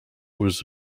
was